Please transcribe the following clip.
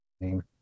name